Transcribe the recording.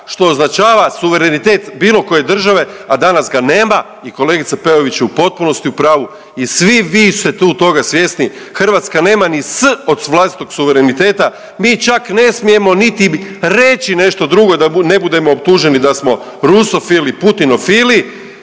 što označava suverenitet bilo koje države, a danas ga nema i kolegica Peović je u potpunosti u pravu i svi vi ste tu toga svjesni, Hrvatska nema s od vlastitog suvereniteta. Mi čak ne smijemo niti reći nešto drugo da ne budemo optuženi da smo rusofili, putinofili